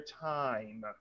time